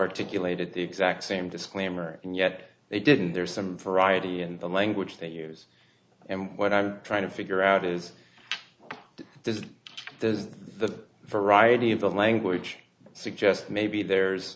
articulated the exact same disclaimer and yet they didn't there's some friday in the language they use and what i'm trying to figure out is this does the variety of the language suggest maybe there's